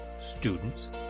students